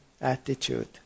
attitude